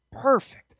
perfect